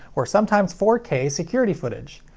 or sometimes four k security footage.